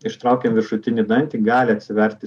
ištraukiam viršutinį dantį gali atsiverti